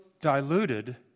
diluted